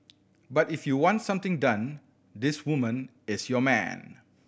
but if you want something done this woman is your man